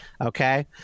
Okay